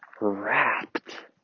Wrapped